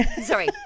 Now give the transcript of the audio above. Sorry